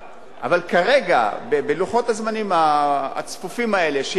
אבל כרגע, בלוחות הזמנים הצפופים האלה, שהביאו,